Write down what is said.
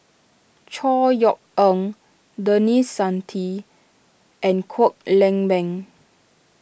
Chor Yeok Eng Denis Santry and Kwek Leng Beng